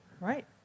right